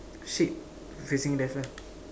sheep facing left lah